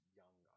young